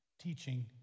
teaching